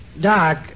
Doc